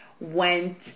went